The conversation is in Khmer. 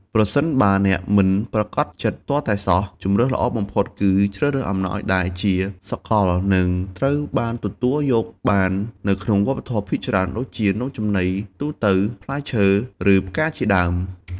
ប្រសិនបើអ្នកមិនប្រាកដចិត្តទាល់តែសោះ ជម្រើសល្អបំផុតគឺជ្រើសរើសអំណោយដែលជាសកល និងត្រូវបានទទួលយកបាននៅក្នុងវប្បធម៌ភាគច្រើន ដូចជា នំចំណីទូទៅ ផ្លែឈើ ឬផ្កា ជាដើម។